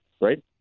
right